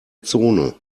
zone